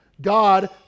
God